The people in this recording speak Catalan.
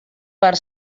per